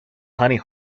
honey